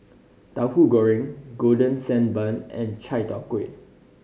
Tahu Goreng Golden Sand Bun and Chai Tow Kuay